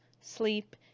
sleep